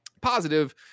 positive